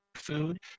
food